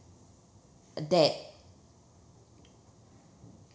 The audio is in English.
that